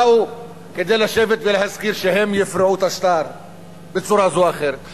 באו כדי לשבת ולהזכיר שהם יפרעו את השטר בצורה זו או אחרת.